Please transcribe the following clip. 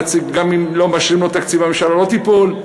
אם לא מאשרים לראש הממשלה תקציב, הממשלה לא תיפול.